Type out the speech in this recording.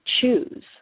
choose